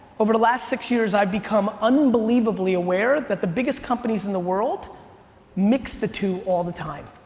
over the last six years, i've become unbelievably aware that the biggest companies in the world mix the two all the time.